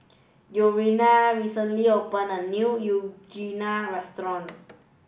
Urijah recently opened a new Unagi Restaurant